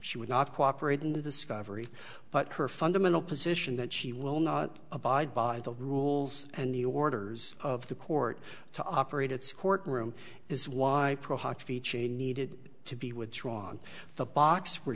she would not cooperate in the sky every but her fundamental position that she will not abide by the rules and the orders of the court to operate its court room is why change needed to be withdrawn the box where